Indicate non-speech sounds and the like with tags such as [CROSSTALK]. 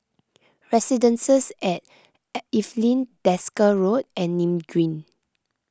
[NOISE] Residences at Evelyn Desker Road and Nim Green